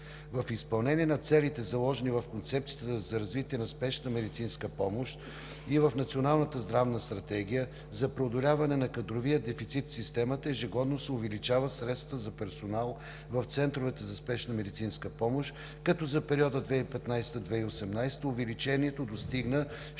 В изпълнение на целите, заложени в Концепцията за развитие на спешната медицинска помощ и в Националната здравна стратегия, за преодоляване на кадровия дефицит в системата ежегодно се увеличават средствата за персонал в Центровете за спешна медицинска помощ, като за периода 2015 – 2018 г. увеличението достигна 66%